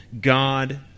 God